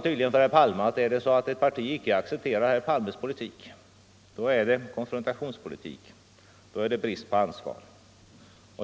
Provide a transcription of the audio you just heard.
tydligen vara så att ett parti som inte accepterar herr Palmes politik bedriver konfrontationspolitik och har brist på ansvar.